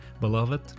beloved